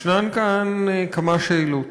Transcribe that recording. ישנן כאן כמה שאלות.